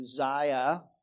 Uzziah